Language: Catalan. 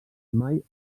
mai